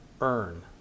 earn